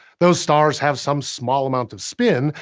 those stars have some small amount of spin,